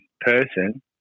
person